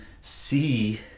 see